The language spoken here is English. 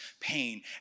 pain